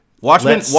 Watchmen